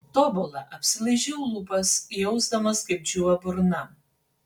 tobula apsilaižau lūpas jausdamas kaip džiūva burna